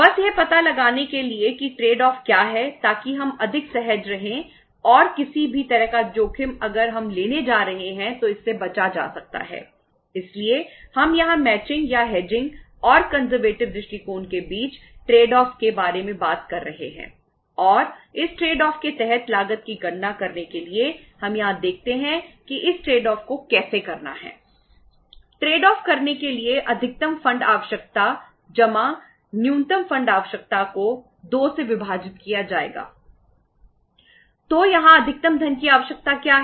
बस यह पता लगाने के लिए कि ट्रेड ऑफ को कैसे करना है